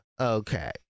Okay